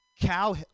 Cow